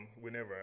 whenever